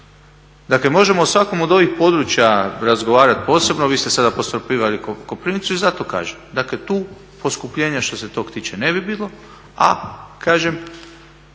Dakle, možemo u svakom od ovih područja razgovarati posebno. Vi ste sada apostrofirali Koprivnicu i zato kažem. Dakle, tu poskupljenja što se tog tiče ne bi bilo.